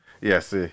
yes